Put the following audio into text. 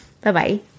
Bye-bye